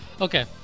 Okay